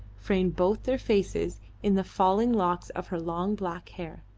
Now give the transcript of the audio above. framed both their faces in the falling locks of her long black hair.